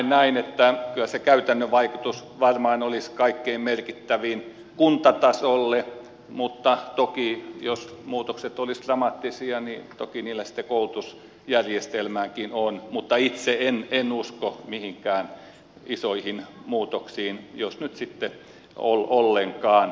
näin näen että kyllä se käytännön vaikutus varmaan olisi kaikkein merkittävin kuntatasolla mutta jos muutokset olisivat dramaattisia toki niillä sitten koulutusjärjestelmäänkin on mutta itse en usko mihinkään isoihin muutoksiin jos nyt sitten ollenkaan